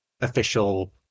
official